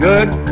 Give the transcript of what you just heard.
Good